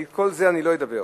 על כל זה אני לא אדבר,